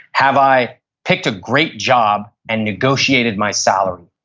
have i picked a great job and negotiated my salary?